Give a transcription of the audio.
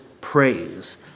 praise